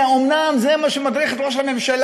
שאומנם זה מה שמדריך את ראש הממשלה,